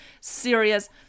serious